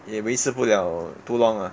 也维持不 liao too long ah